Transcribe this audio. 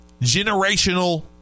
generational